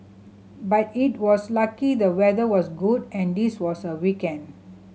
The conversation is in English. but it was lucky the weather was good and this was a weekend